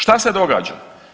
Šta se događa?